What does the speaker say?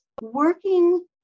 working